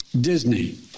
Disney